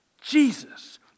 Jesus